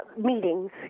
meetings